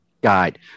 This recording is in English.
guide